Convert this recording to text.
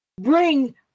Bring